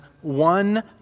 one